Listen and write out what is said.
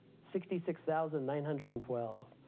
sixty six thousand nine hundred and twelve.